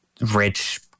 rich